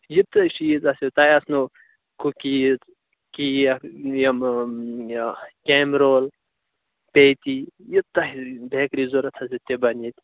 یہ تۄہہِ چیٖز آسہِ تۄہہِ آسنَو کُکیٖز کیک یِمہٕ کیمۍ رول پیٹی یہ تۄہہِ بیکری ضروٗرت آسہِ تہِ بنہِ ییٚتہِ